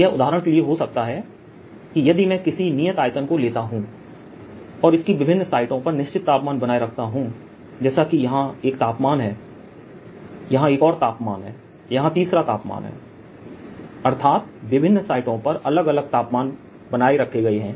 यह उदाहरण के लिए हो सकता है कि यदि मैं किसी नियत आयतन को लेता हूं और इसकी विभिन्न साइटों पर निश्चित तापमान बनाए रखता हूं जैसे कि यहां एक तापमान है यहां एक और तापमान है यहां तीसरा तापमान है अर्थात विभिन्न साइटों पर अलग अलग तापमान बनाए रखें गए हैं